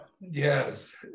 Yes